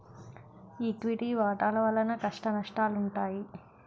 equity వాటాల వలన కష్టనష్టాలుంటాయి